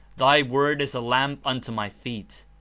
thy word is a lamp unto my feet,